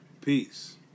Peace